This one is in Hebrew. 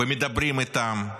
ומדברים איתם,